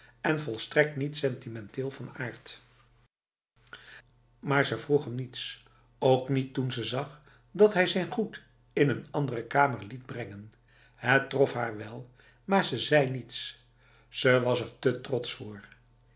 en volstrekt niet sentimenteel van aard maar ze vroeg hem niets ook niet toen ze zag dat hij zijn goed in een andere kamer liet brengen het trof haar wel maar ze zei niets ze was er te trots voor